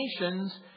nations